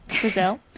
Brazil